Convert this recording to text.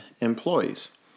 employees